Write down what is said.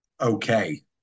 okay